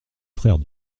frère